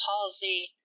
palsy